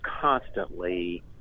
constantly